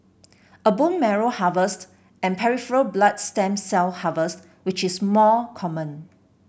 a bone marrow harvest and peripheral blood stem cell harvest which is more common